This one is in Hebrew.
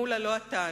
מולה, לא אתה.